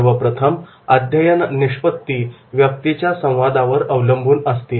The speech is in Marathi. सर्वप्रथम अध्ययन निष्पत्ती व्यक्तीच्या संवादावर अवलंबून असतील